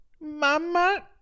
Mama